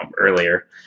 earlier